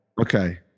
okay